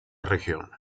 región